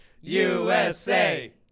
USA